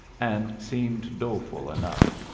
and seemed doleful enough.